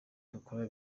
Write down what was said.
dukora